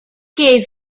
gave